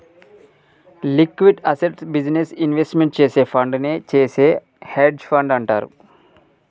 liquid అసెట్స్లో business investment చేసే ఫండునే చేసే హెడ్జ్ ఫండ్ అంటారు